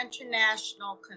International